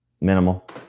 Minimal